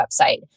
website